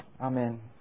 Amen